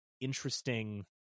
interesting